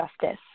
justice